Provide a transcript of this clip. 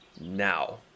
Now